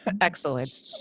excellent